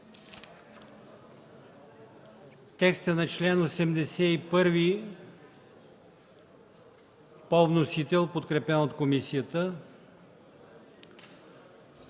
текста на чл. 81 по вносител, подкрепен от комисията;